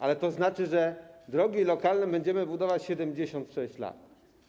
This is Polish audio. Ale to znaczy, że drogi lokalne będziemy budować 76 lat.